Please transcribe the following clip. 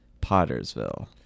Pottersville